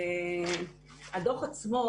הדוח עצמו,